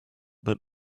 that